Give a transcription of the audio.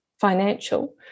financial